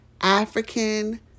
African